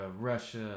Russia